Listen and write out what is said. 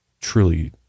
truly